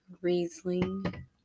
Riesling